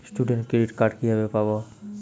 Student credit card কিভাবে পাব?